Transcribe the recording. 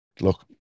look